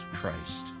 Christ